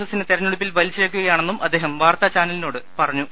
എസിനെ തെരഞ്ഞെടുപ്പിൽ വലിച്ചിഴക്കുകയാണെന്നും അദ്ദേഹം വാർത്താ ചാനലിനോട് പറഞ്ഞു